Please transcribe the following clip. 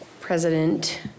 President